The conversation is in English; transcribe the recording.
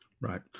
Right